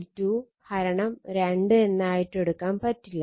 L1 L2 2 എന്നായിട്ടെടുക്കാൻ പറ്റില്ല